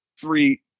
three